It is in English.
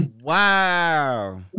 Wow